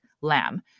lamb